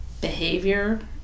behavior